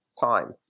time